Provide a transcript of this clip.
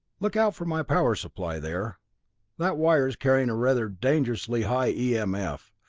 look out for my power supply there that wire is carrying a rather dangerously high e m f.